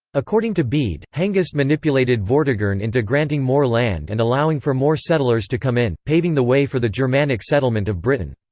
according to bede, hengist manipulated vortigern into granting more land and allowing for more settlers to come in, paving the way for the germanic settlement of britain.